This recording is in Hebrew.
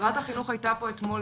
שרת החינוך הייתה פה אתמול